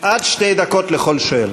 עד שתי דקות לכל שואל.